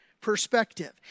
perspective